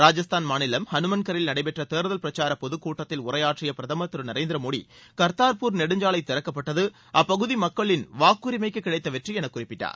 ராஜஸ்தான் மாநிலம் ஹனுமன்கரில் நடைபெற்ற தேர்தல் பிரச்சார பொதுக் கூட்டத்தில் உரையாற்றிய பிரதமர் திரு நரேந்திரமோடி கர்த்தாப்பூர் நெடுஞ்சாலை திறக்கப்பட்டது அப்பகுதி மக்களின் வாக்குரிமைக்கு கிடைத்த வெற்றி என குறிப்பிட்டார்